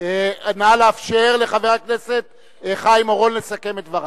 נא לאפשר לחבר הכנסת חיים אורון לסכם את דבריו.